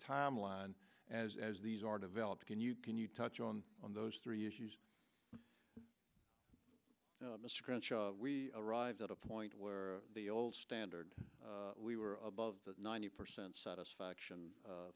timeline as as these are developed can you can you touch on on those three issues we arrived at a point where the old standard we were above the ninety percent satisfaction